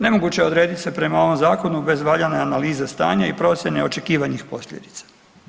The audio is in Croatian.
Nemoguće je odredit se prema ovom zakonu bez valjane analize stanja i procjene očekivanih posljedica.